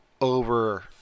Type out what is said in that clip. over